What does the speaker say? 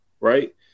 right